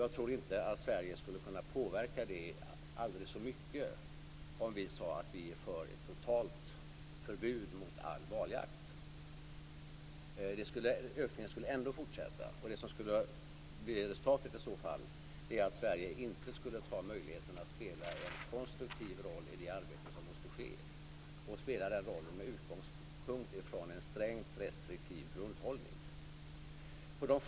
Jag tror inte att Sverige skulle kunna påverka det så mycket om vi sade att vi är för ett totalt förbud mot all valjakt. Ökningen skulle ändå fortsätta. Det som skulle bli resultatet i så fall är att Sverige inte skulle ta möjligheten att spela en konstruktiv roll i det arbete som måste ske, och då spela den rollen med utgångspunkt i en strängt restriktiv grundhållning.